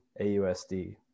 AUSD